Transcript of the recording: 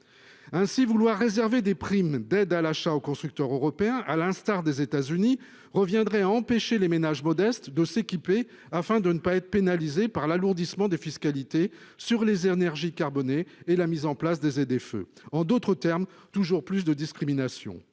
ainsi vouloir réserver des primes d'aide à l'achat au constructeur européen. À l'instar des États-Unis, reviendrait à empêcher les ménages modestes de s'équiper, afin de ne pas être pénalisé par l'alourdissement des fiscalités sur les aires Nýherji carbonés et la mise en place des ZFE. En d'autres termes, toujours plus de discrimination.